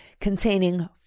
containing